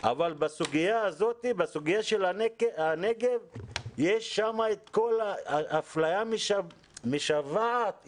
אבל בסוגיה של הנגב, האפליה שם משוועת.